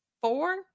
four